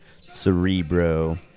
Cerebro